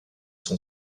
son